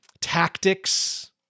tactics